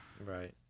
right